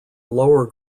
lower